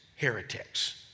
heretics